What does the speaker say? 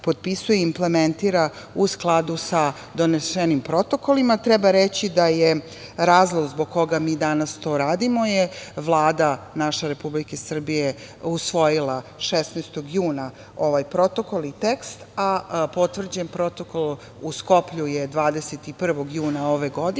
implementira u sladu sa donesenim protokolima. Treba reći da je razlog zbog koga mi danas to radimo je Vlada naše Republike Srbije usvojila 16. juna ovaj protokol i tekst, a potvrđen Protokol u Skoplju je 21. juna ove godine,